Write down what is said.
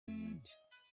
buhinde